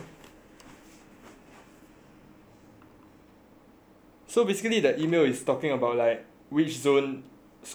so basically the email is talking about like which zone school of computing will be in lor